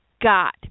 got